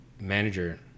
Manager